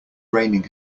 raining